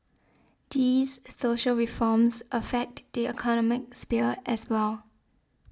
these social reforms affect the economic sphere as well